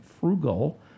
frugal